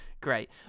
Great